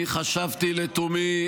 אני חשבתי לתומי,